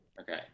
Okay